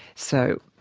so,